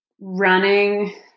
running